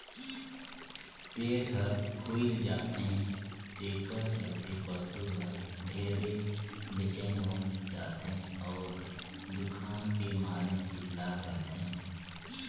पेट हर फूइल जाथे तेखर चलते पसू हर ढेरे बेचइन हो जाथे अउ दुखान के मारे चिल्लात रथे